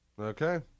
okay